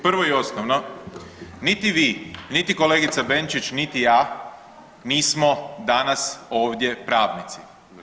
Prvo i osnovno, niti vi, niti kolegica Benčić, niti ja nismo danas ovdje pravnici.